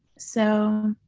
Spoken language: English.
so